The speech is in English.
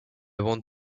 want